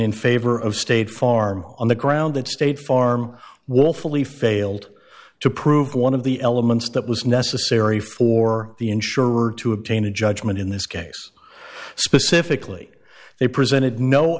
in favor of state farm on the ground that state farm will fully failed to prove one of the elements that was necessary for the insurer to obtain a judgment in this case specifically they presented no